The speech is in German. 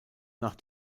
nach